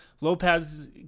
lopez